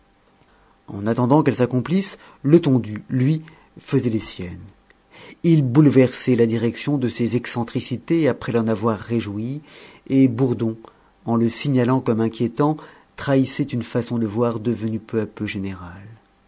en attendant qu'elles s'accomplissent letondu lui faisait des siennes il bouleversait la direction de ses excentricités après l'en avoir réjouie et bourdon en le signalant comme inquiétant trahissait une façon de voir devenue peu à peu